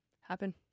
happen